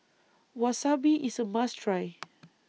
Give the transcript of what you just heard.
Wasabi IS A must Try